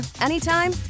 anytime